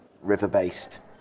river-based